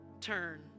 turn